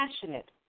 passionate